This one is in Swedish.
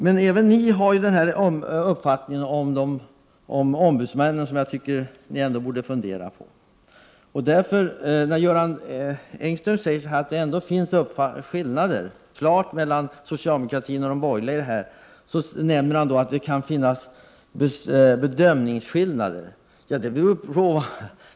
Men även ni i folkpartiet och centern har ju den inställningen till ombudsmännen, vilket jag tycker att ni borde ompröva. Göran Engström sade att det finns klara skillnader mellan socialdemokratin och de borgerliga och nämnde att det kan finnas bedömningsskillnader.